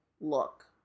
look